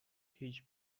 هیچ